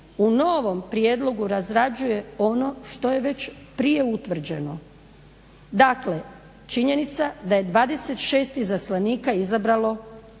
u novom prijedlogu razrađuje ono što je već prije utvrđeno. Dakle, činjenica da je 26 izaslanika izabralo